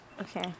Okay